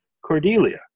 Cordelia